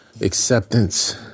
acceptance